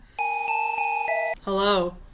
Hello